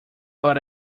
but